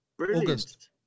August